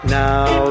now